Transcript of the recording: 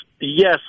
yes